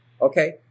okay